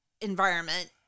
environment